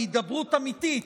בהידברות אמיתית,